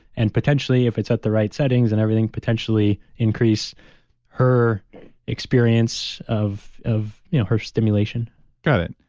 and potentially if it's at the right settings and everything, potentially increase her experience of of her stimulation got it.